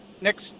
next